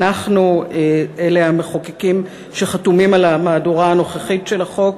"אנחנו" אלה המחוקקים שחתומים על המהדורה הנוכחית של החוק,